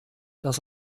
das